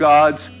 God's